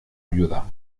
viuda